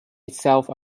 itself